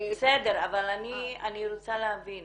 אני רוצה להבין,